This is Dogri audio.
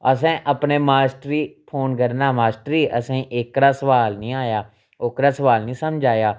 असें अपने मास्टर गी फोन करना मास्टर जी असेंगी एह्कड़ा सुआल नी आएआ ओह्कड़ा सुआल नी समझ आएआ